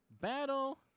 Battle